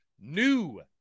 new